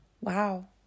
Wow